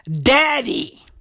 daddy